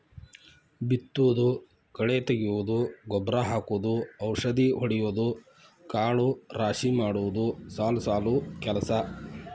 ಬಿತ್ತುದು ಕಳೆ ತಗಿಯುದು ಗೊಬ್ಬರಾ ಹಾಕುದು ಔಷದಿ ಹೊಡಿಯುದು ಕಾಳ ರಾಶಿ ಮಾಡುದು ಸಾಲು ಸಾಲು ಕೆಲಸಾ